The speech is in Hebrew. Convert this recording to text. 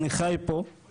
אני חי פה,